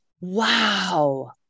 wow